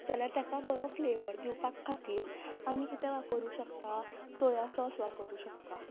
जाल्यार तेका बरो फ्लेवर दिवपा खातीर आमी कितें करूंक शकतात सोया सॉस वापरूंक शकतात